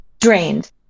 drained